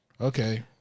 Okay